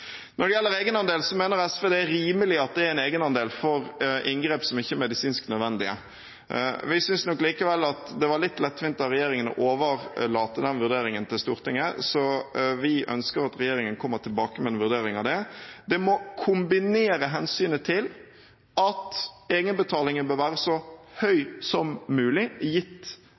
Når det gjelder egenandelen, mener SV det er rimelig at det er en egenandel for inngrep som ikke er medisinsk nødvendige. Vi synes nok likevel at det var litt lettvint av regjeringen å overlate den vurderingen til Stortinget, så vi ønsker at regjeringen kommer tilbake med en vurdering av det. Det må kombinere hensynet til at egenbetalingen bør være så høy som mulig, gitt